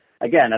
again